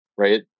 Right